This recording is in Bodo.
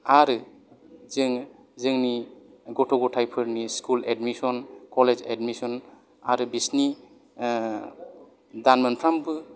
आरो जों जोंनि गथ' गथाइफोरनि स्कुल एदमिसन कलेज एदमिसन आरो बिसोरनि दान मोनफ्रोमबो